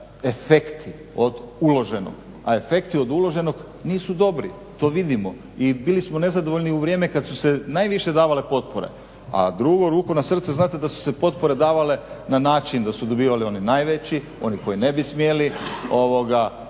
efekti od uloženog. A efekti od uloženog nisu dobri, to vidimo. I bili smo nezadovoljni u vrijeme kada su se najviše davale potpore. A drugo, ruku na srce znate da su se potpore davale na način da su dobivali oni najveći, oni koji ne bi smjeli, da